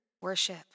worship